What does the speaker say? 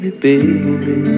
Baby